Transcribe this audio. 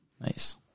Nice